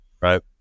Right